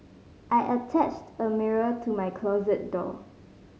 I attached a mirror to my closet door